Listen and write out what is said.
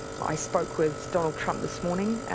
i spoke with donald trump this morning.